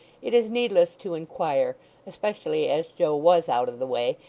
it is needless to inquire especially as joe was out of the way,